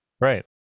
Right